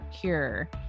cure